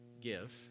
give